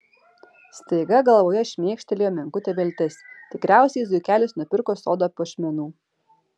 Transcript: staiga galvoje šmėkštelėjo menkutė viltis tikriausiai zuikelis nupirko sodo puošmenų